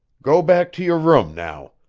go back to your room, now.